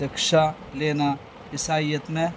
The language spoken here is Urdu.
بھکشا لینا عیسائیت میں